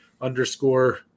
underscore